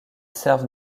servent